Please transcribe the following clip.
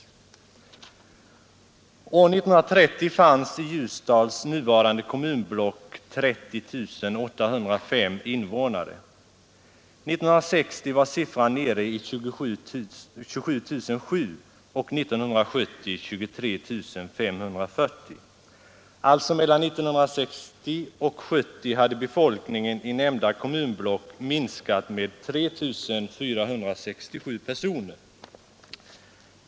År 1930 fanns i Ljusdals nuvarande kommunblock 30 805 invånare. År 1960 var siffran nere i 27 007 och 1970 i 23 540. Mellan 1960 och 1970 hade befolkningen i nämnda kommunblock alltså minskat med 3 467 personer.